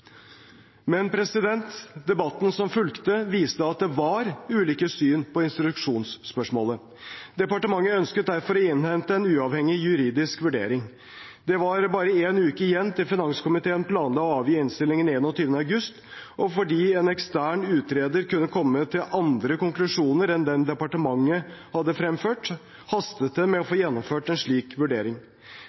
Debatten som fulgte, viste at det var ulike syn på instruksjonsspørsmålet. Departementet ønsket derfor å innhente en uavhengig juridisk vurdering. Det var bare én uke igjen til finanskomiteen planla å avgi innstillingen 21. august, og fordi en ekstern utreder kunne komme til andre konklusjoner enn dem departementet hadde fremført, hastet det med å få gjennomført en slik vurdering.